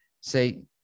Say